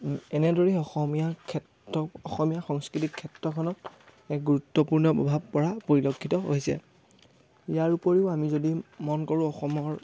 এনেদৰেই অসমীয়া ক্ষেত্ৰ অসমীয়া সংস্কৃতিক ক্ষেত্ৰখনত এক গুৰুত্বপূৰ্ণ প্ৰভাৱ পৰা পৰিলক্ষিত হৈছে ইয়াৰ উপৰিও আমি যদি মন কৰোঁ অসমৰ